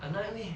!hanna! 因为